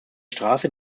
straße